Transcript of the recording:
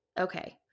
Okay